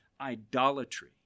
idolatry